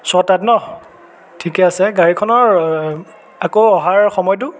ছটাত ন ঠিকেই আছে গাড়ীখনৰ আকৌ অহাৰ সময়টো